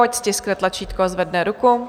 Ať stiskne tlačítko a zvedne ruku.